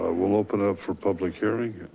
ah we'll open up for public hearing.